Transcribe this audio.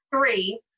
three